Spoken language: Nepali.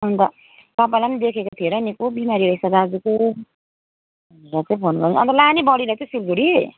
अन्त तपाईँलाई पनि देखेको थिएँ र नि को बिमारी रहेछ दाजुको भनेर चाहिँ फोन गरेको अन्त लाने बडीलाई चाहिँ सिलगढी